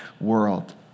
world